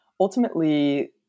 ultimately